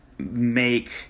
make